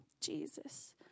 Jesus